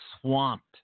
swamped